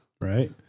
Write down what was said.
Right